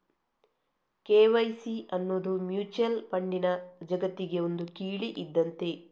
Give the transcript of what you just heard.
KYC ಅನ್ನುದು mutual ಫಂಡಿನ ಜಗತ್ತಿಗೆ ಒಂದು ಕೀಲಿ ಇದ್ದಂತೆ